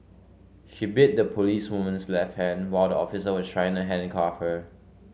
she bit the policewoman's left hand while the officer was trying to handcuff her